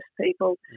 people